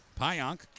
Pionk